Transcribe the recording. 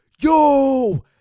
yo